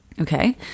Okay